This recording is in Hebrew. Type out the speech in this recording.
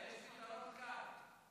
יש פתרון קל.